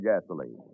gasoline